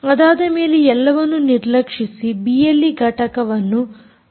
ಅದಾದ ಮೇಲೆ ಎಲ್ಲವನ್ನು ನಿರ್ಲಕ್ಷಿಸಿ ಬಿಎಲ್ಈ ಘಟಕವನ್ನು ಪ್ರಾರಂಭಿಸಲಾಯಿತು